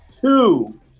two